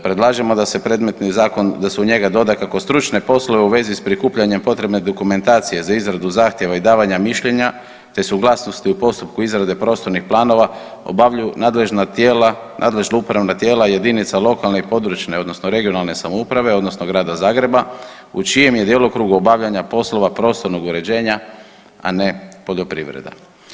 Predlažemo da se predmetni zakon da se u njega doda kako stručne poslove u vezi s prikupljanjem potrebne dokumentacije za izradu zahtjeva i davanja mišljenja, te suglasnosti u postupku izrade prostornih planova obavljaju nadležna tijela, nadležno upravna tijela jedinica lokalne i područne odnosno regionalne samouprave odnosno Grada Zagreba u čijem je djelokrugu obavljanja poslova prostornog uređenja, a ne poljoprivreda.